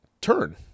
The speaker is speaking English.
turn